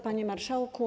Panie Marszałku!